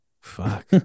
Fuck